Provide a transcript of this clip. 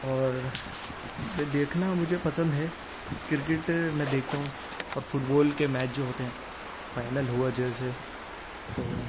اور دیکھنا مجھے پسند ہے کرکٹ میں دیکھتا ہوں اور فٹ بال کے میچ جو ہوتے ہیں فائنل ہوا جیسے تو